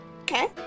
Okay